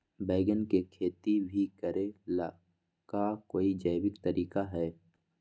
बैंगन के खेती भी करे ला का कोई जैविक तरीका है?